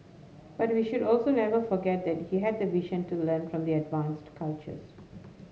but we should also never forget that he had the vision to learn from their advanced cultures